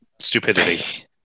Stupidity